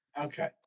Okay